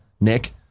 Nick